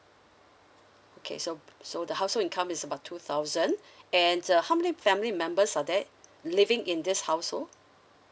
okay so so the household income is about two thousand and uh how many family members are there living in this household